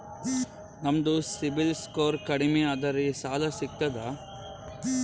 ನಮ್ದು CIBIL score ಕಡಿಮಿ ಅದರಿ ಸಾಲಾ ಸಿಗ್ತದ?